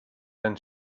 then